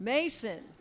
Mason